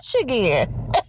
again